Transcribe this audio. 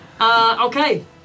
Okay